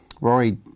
Rory